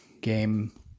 game